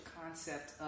concept